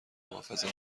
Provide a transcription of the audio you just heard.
محافظت